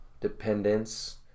dependence